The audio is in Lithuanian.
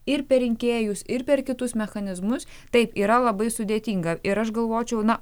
ir per rinkėjus ir per kitus mechanizmus taip yra labai sudėtinga ir aš galvočiau na